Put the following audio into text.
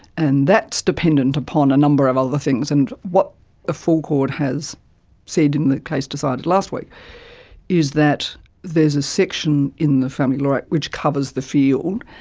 and that's dependent upon a number of other things and what a full court has said in the case decided last week is that there is a section in the family law act which covers the field,